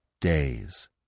Days